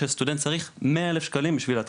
שסטודנט במדינת ישראל צריך כ-100,000 ₪ שיהיו לו בחסכונות,